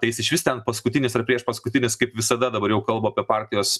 tai jis išvis ten paskutinis ar priešpaskutinis kaip visada dabar jau kalba apie partijos